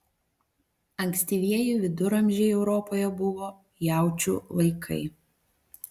ankstyvieji viduramžiai europoje buvo jaučių laikai